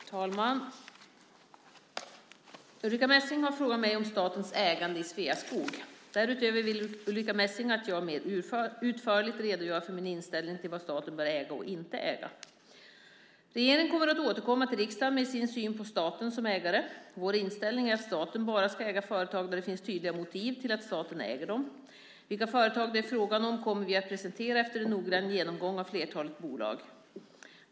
Herr talman! Ulrica Messing har frågat mig om statens ägande i Sveaskog. Därutöver vill Ulrica Messing att jag mer utförligt redogör för min inställning till vad staten bör äga och inte äga. Regeringen kommer att återkomma till riksdagen med sin syn på staten som ägare. Vår inställning är att staten bara ska äga företag där det finns tydliga motiv till att staten äger dem. Vilka företag det är fråga om kommer vi att presentera efter en noggrann genomgång av flertalet bolag.